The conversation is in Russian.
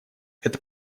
это